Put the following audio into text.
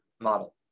model